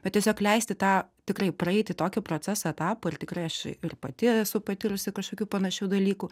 bet tiesiog leisti tą tikrai praeiti tokį procesą etapą ir tikrai aš ir pati esu patyrusi kažkokių panašių dalykų